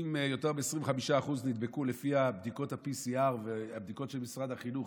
אם יותר מ-25% נדבקו לפי בדיקות ה-PCR והבדיקות של משרד החינוך,